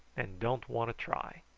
and don't want to try.